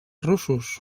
russos